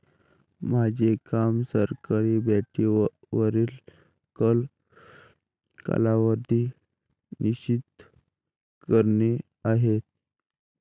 माझे काम सरकारी बाँडवरील कर कालावधी निश्चित करणे आहे